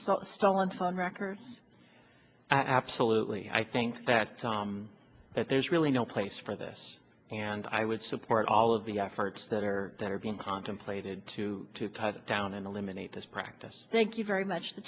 cell stolen phone records absolutely i think that that there's really no place for this and i would support all of the efforts that are that are being contemplated to tighten down and eliminate this practice thank you very much t